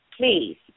please